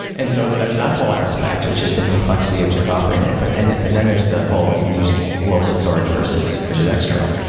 and so there is that whole aspect, which is the complexity of just operating it, but and but then there's the whole you can use local storage versus versus external.